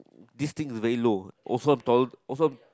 this thing is very low also I'm taller also I'm